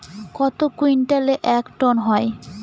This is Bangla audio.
কত কুইন্টালে এক টন হয়?